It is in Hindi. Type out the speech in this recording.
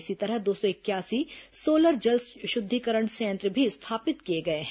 इसी तरह दो सौ इकयासी सोलर जल शुद्धीकरण संयंत्र भी स्थापित किए गए हैं